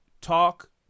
talk